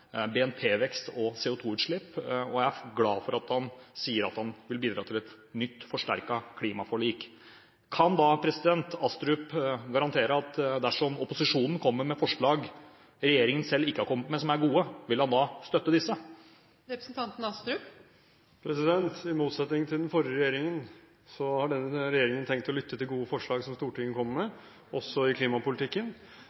og CO2-utslipp, og jeg er glad han sier at han vil bidra til et nytt, forsterket klimaforlik. Kan Astrup garantere at dersom opposisjonen kommer med forslag regjeringen ikke selv har kommet med, og som er gode, at han da vil støtte disse? I motsetning til den forrige regjeringen har denne regjeringen tenkt å lytte til gode forslag som Stortinget kommer med,